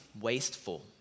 wasteful